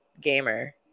gamer